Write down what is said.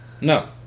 No